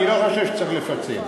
אני לא חושב שצריך לפצל.